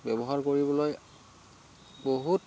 ব্যৱহাৰ কৰিবলৈ বহুত